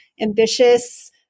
ambitious